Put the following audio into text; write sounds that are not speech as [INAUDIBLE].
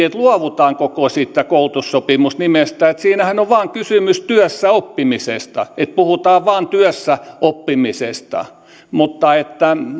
[UNINTELLIGIBLE] että luovutaan siitä koko koulutussopimus nimestä kun siinähän on vain kysymys työssä oppimisesta puhutaan vain työssä oppimisesta mutta